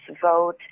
vote